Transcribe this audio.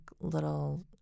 little